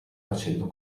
facendo